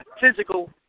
physical